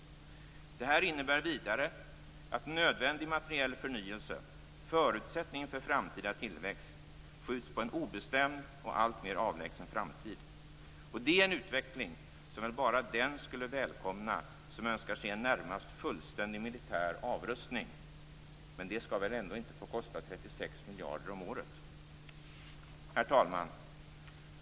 Det här innebär vidare att nödvändig materiell förnyelse - förutsättningen för framtida tillväxt - skjuts på en obestämd och alltmer avlägsen framtid. Det är en utveckling som väl bara den skulle välkomna som önskar se en närmast fullständig militär avrustning - men det skall väl ändå inte få kosta 36 miljarder om året? Herr talman!